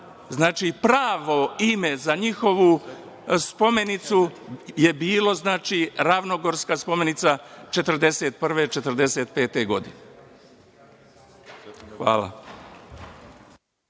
pravo ime za njihovu spomenicu je bilo Ravnogorska spomenica 1941-1945. godine. Hvala.